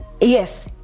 Yes